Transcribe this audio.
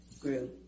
grew